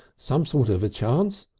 some sort of a chance.